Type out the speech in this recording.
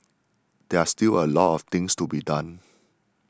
there are still a lot of things to be done